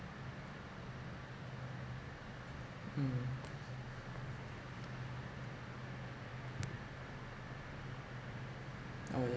mm oh yeah